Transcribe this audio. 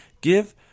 give